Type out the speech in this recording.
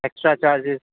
extra charges